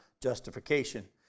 justification